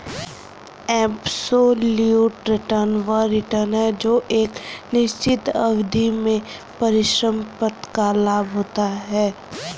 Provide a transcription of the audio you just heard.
absolute return वह return है जो एक निश्चित अवधि में परिसंपत्ति का लाभ होता है